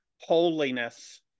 holiness